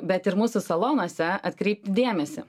bet ir mūsų salonuose atkreipti dėmesį